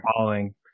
following